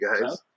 guys